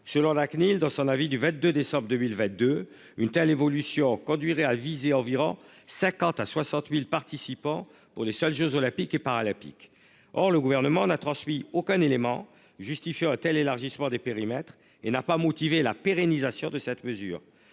selon la CNIL dans son avis du 22 décembre 2022. Une telle évolution conduirait à visée environ 50 à 60.000 participants pour les seuls jeux olympiques et paralympiques. Or, le gouvernement n'a transmis aucun élément justifiant un tel élargissement des périmètres et n'a pas motivé la pérennisation de cette mesure